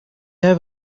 have